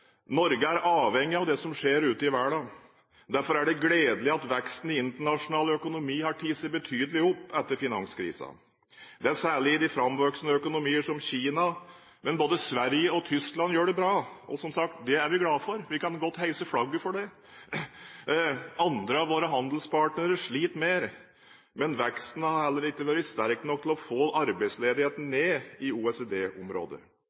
Norge er avhengig av det som skjer ute i verden. Derfor er det gledelig at veksten i internasjonal økonomi har tatt seg betydelig opp etter finanskrisen. Det gjelder særlig i de framvoksende økonomier, som Kina, men både Sverige og Tyskland gjør det bra. Og, som sagt: Det er vi glade for; vi kan godt heise flagget for det. Andre av våre handelspartnere sliter mer. Men veksten har heller ikke vært sterk nok til å få arbeidsledigheten